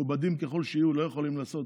מכובדים ככל שיהיו, לא יכולים לעשות